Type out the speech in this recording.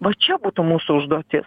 o čia būtų mūsų užduotis